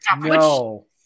no